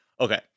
Okay